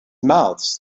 mouths